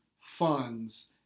funds